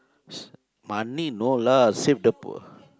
money no lah save the poor